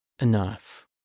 enough